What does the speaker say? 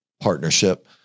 partnership